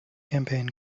campaign